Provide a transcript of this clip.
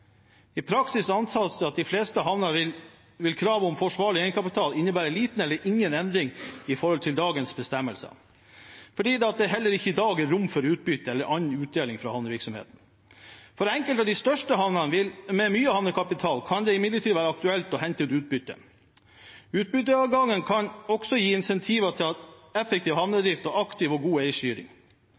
I praksis antas det at for de fleste havner vil kravet om forsvarlig egenkapital innebære liten eller ingen endring i forhold til dagens bestemmelse, fordi det heller ikke i dag er rom for utbytte eller annen utdeling fra havnevirksomheten. For enkelte av de største havnene med mye havnekapital kan det imidlertid være aktuelt å hente ut utbytte. Utbytteadgang kan også gi incentiver til effektiv havnedrift og aktiv og god